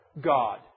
God